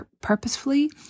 purposefully